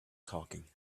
talking